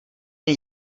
jen